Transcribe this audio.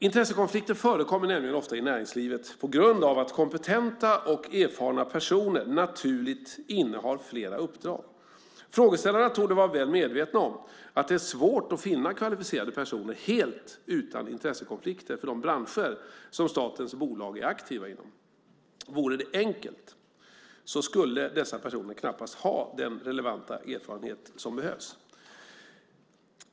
Intressekonflikter förekommer ofta i näringslivet på grund av att kompetenta och erfarna personer naturligt innehar flera uppdrag. Frågeställarna torde vara väl medvetna om att det är svårt att finna kvalificerade personer helt utan intressekonflikter för de branscher som statens bolag är aktiva inom. Vore det enkelt skulle dessa personer knappast ha den relevanta erfarenhet som behövs.